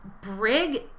Brig